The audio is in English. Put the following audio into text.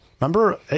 Remember